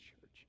church